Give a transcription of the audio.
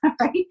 right